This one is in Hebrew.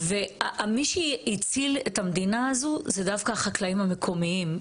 ומי שהציל את המדינה זה דווקא החקלאים המקומיים.